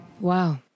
Wow